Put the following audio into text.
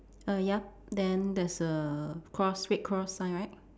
err ya then there's a cross red cross sign right